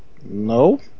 No